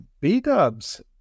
B-dubs